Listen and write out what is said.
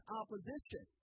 opposition